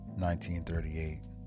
1938